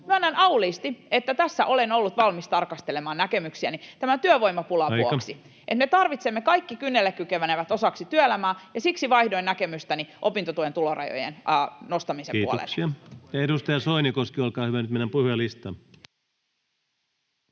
Myönnän auliisti, että tässä olen ollut valmis tarkastelemaan näkemyksiäni tämän työvoimapulan vuoksi. [Puhemies: Aika!] Me tarvitsemme kaikki kynnelle kykenevät osaksi työelämää, ja siksi vaihdoin näkemystäni opintotuen tulorajojen nostamisen puolelle. Kiitoksia. — Ja edustaja Soinikoski, olkaa hyvä. — Nyt mennään puhujalistaan.